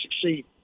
succeed